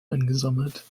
eingesammelt